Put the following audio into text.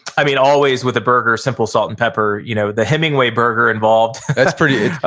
i mean, always with a burger simple salt and pepper. you know the hemingway burger involved, that's pretty,